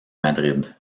madrid